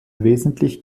wesentlich